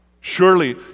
Surely